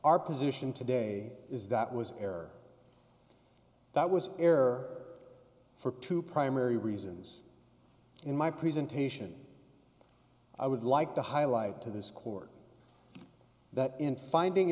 our position today is that was an error that was air for two primary reasons in my presentation i would like to highlight to this court that in finding